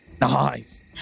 Nice